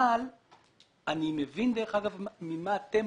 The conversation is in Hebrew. אבל אני מבין ממה אתם